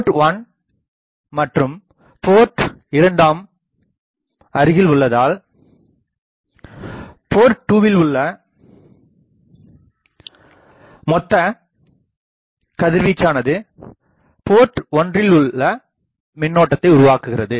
board 1 மற்றும் port 2 ம் அருகில் உள்ளதால் போர்ட் 2வில் உள்ள மொத்த கதிர்வீச்சானது போர்ட் 1 ல் மின்னோட்டத்தை உருவாக்குகிறது